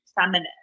feminine